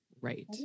Right